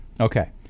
Okay